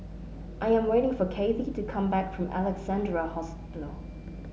I am waiting for Cathy to come back from Alexandra Hospital